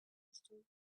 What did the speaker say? distant